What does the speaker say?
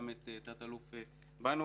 גם את תת אלוף ביינהורן,